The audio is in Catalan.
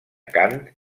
cant